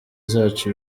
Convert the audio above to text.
zacu